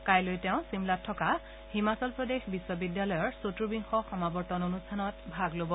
কাইলৈ তেওঁ ছিমলাত থকা হিমাচল প্ৰদেশ বিশ্ববিদ্যালয়ৰ চৰ্তুবিংশ সমাৱৰ্তন অনুষ্ঠানত ভাগ লব